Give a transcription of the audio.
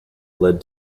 led